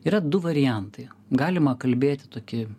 yra du variantai galima kalbėti tokį